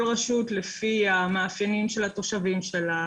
כל רשות לפי המאפיינים של התושבים שלה,